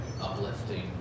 uplifting